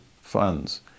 funds